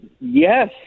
Yes